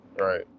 Right